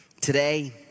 Today